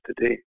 today